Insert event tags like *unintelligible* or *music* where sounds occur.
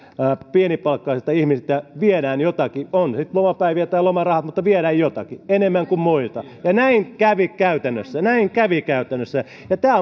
pienipalkkaisilta ihmisiltä viedään jotakin on se sitten lomapäiviä tai lomarahat mutta viedään jotakin enemmän kuin muilta ja näin kävi käytännössä näin kävi käytännössä ja tämä *unintelligible*